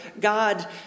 God